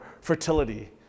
fertility